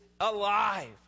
alive